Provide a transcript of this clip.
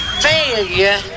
failure